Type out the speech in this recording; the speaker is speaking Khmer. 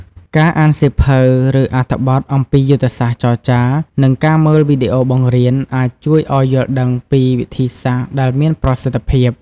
ការអានសៀវភៅ ឬអត្ថបទអំពីយុទ្ធសាស្ត្រចរចា និងការមើលវីដេអូបង្រៀន អាចជួយឱ្យយល់ដឹងពីវិធីសាស្រ្តដែលមានប្រសិទ្ធភាព។